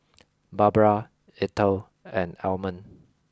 Barbara Ethel and Almond